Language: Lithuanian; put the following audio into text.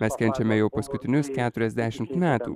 mes kenčiame jau paskutinius keturiasdešimt metų